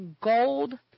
gold